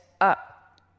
up